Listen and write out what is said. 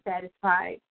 satisfied